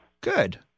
Good